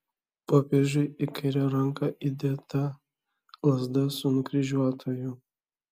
popiežiui į kairę ranką įdėta lazda su nukryžiuotuoju